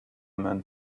men